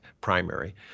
primary